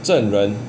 真人